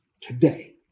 today